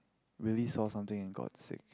really saw something and got sick